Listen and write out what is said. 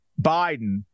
Biden